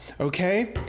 okay